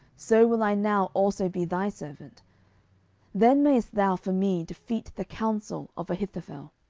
so will i now also be thy servant then mayest thou for me defeat the counsel of ahithophel.